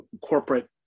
corporate